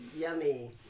Yummy